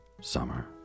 Summer